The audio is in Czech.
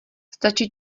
stačí